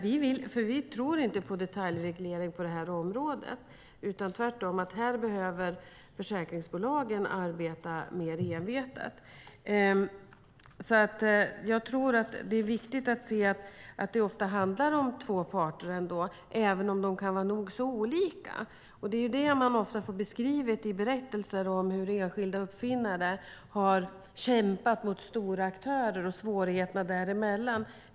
Vi tror inte på detaljreglering här, utan tvärtom behöver försäkringsbolagen arbeta mer envetet. Det är viktigt att se att det ofta handlar om två parter, även om de kan vara nog så olika. Det är det man ofta får beskrivet i berättelser om hur enskilda uppfinnare har kämpat mot stora aktörer, med svårigheterna i detta.